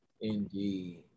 indeed